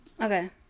Okay